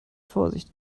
vorsicht